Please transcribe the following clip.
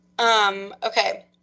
Okay